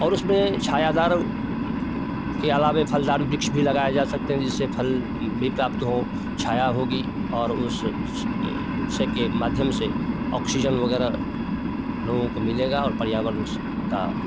और उसमें छायादार के अलावे फलदार वृक्ष भी लगाया जा सकते हैं जिससे फल भी प्राप्त हों छाया होगी और उस से के माध्यम से ऑक्सीजन वगैरह लोगों को मिलेगा और पर्यावरण का